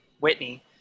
whitney